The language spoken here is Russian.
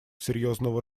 серьезного